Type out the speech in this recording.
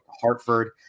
Hartford